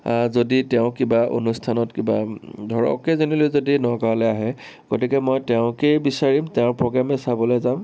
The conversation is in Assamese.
যদি তেওঁ কিবা অনুষ্ঠানত কিবা ধৰক এই জেনেৰেলি যদি নগাঁৱলে আহে গতিকে মই তেওঁকেই বিচাৰিম তেওঁৰ প্ৰগ্ৰেমেই চাবলে যাম